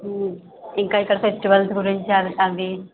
ఇంకా ఇక్కడ ఫెస్టివల్స్ గురించి అడగాలి